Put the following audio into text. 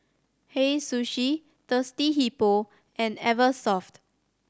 Hei Sushi Thirsty Hippo and Eversoft